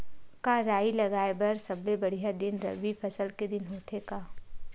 का राई लगाय बर सबले बढ़िया दिन रबी फसल के दिन होथे का?